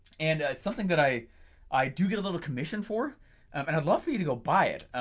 and it's something that i i do get a little commission for and i'd love for you to go buy it.